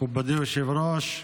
מכובדי היושב-ראש,